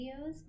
videos